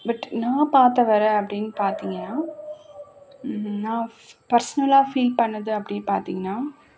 but நான் பார்த்த வரை அப்படின்னு பார்த்தீங்கன்னா நான் பர்ஸ்னலாக ஃபீல் பண்ணிணது அப்படி பார்த்தீங்கன்னா